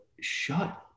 shut